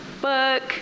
book